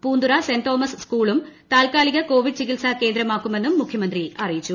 Poonthura saint Thomas സ്കൂളും താല്ക്കാലിക Covid ചികിത്സാ കേന്ദ്രമാക്കുമെന്നും മുഖ്യമന്ത്രി അറിയിച്ചു